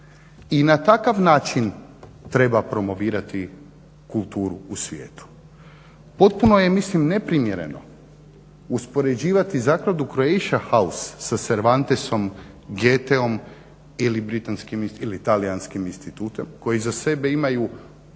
I na takav način treba promovirati kulturu u svijetu. Potpuno je mislim neprimjereno uspoređivati zakladu "Croatia house" sa Cervantesom, Geteom, ili britanskim ili talijanskim institutom koji iza sebe imaju